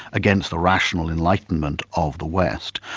against the rational enlightenment of the west.